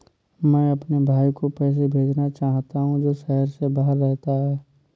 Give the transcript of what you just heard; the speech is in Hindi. मैं अपने भाई को पैसे भेजना चाहता हूँ जो शहर से बाहर रहता है